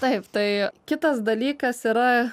taip tai kitas dalykas yra